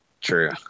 true